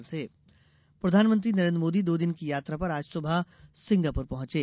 PM Singapore प्रधानमंत्री नरेन्द्र मोदी दो दिन की यात्रा पर आज सुबह सिंगापुर पहुंचे